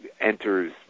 enters